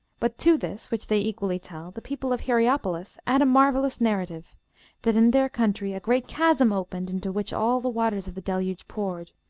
but to this, which they equally tell, the people of hierapolis add a marvellous narrative that in their country a great chasm opened, into which all the waters of the deluge poured.